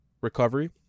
recovery